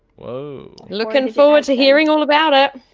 whoa. looking forward to hearing all about ah it,